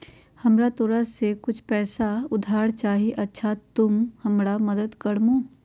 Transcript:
हमरा तोरा से कुछ पैसा उधार चहिए, अच्छा तूम हमरा मदद कर मूह?